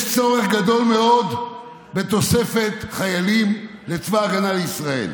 יש צורך גדול מאוד בתוספת חיילים לצבא הגנה לישראל.